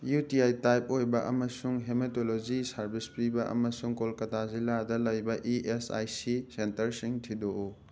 U T I type ꯑꯣꯏꯕ ꯑꯃꯁꯨꯡ haematology service ꯄꯤꯕ ꯑꯃꯁꯨꯡ ꯀꯣꯜꯀꯇꯥ ꯖꯤꯂꯥꯗ ꯂꯩꯕ ꯏ ꯑꯦꯁ ꯑꯥꯏ ꯁꯤ ꯁꯦꯟꯇꯔꯁꯤꯡ ꯊꯤꯗꯣꯛꯎ